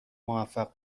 موفق